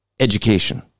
education